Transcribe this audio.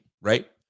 right